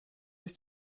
ist